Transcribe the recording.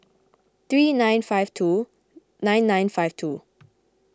three nine five two nine nine five two